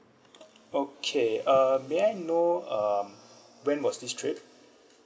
okay uh may I know um when was this trip